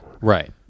right